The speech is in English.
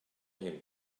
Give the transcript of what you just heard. him